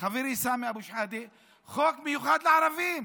חברי סמי אבו שחאדה, חוק מיוחד לערבים.